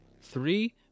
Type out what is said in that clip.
three